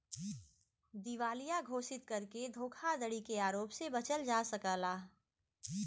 दिवालिया घोषित करके धोखाधड़ी के आरोप से बचल जा सकला